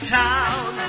town